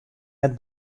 net